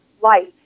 life